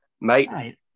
Mate